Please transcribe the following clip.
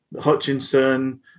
Hutchinson